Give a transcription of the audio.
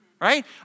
right